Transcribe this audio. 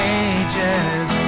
ages